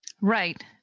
Right